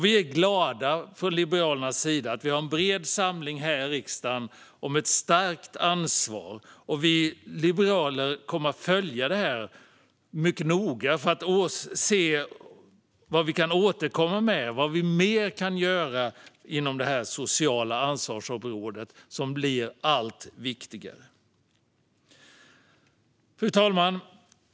Vi är glada från Liberalernas sida att vi har en bred samsyn här i riksdagen om ett stärkt ansvar. Vi liberaler kommer att följa detta mycket noga för att se vad vi kan återkomma med och vad vi mer kan göra inom detta sociala ansvarsområde som blir allt viktigare. Fru talman!